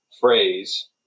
phrase